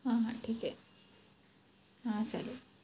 हां हां ठीक आहे हां चालेल